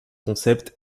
concept